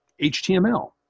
HTML